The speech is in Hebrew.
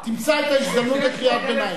תמצא את ההזדמנות לקריאת ביניים.